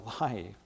life